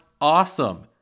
awesome